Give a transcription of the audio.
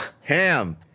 Ham